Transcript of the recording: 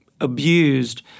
abused